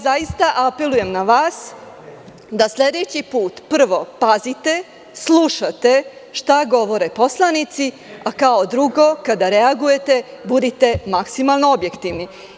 Zaista apelujem na vas da sledeći put prvo pazite, slušate šta govore poslanici, a kao drugo, kada reagujete budite maksimalno objektivni.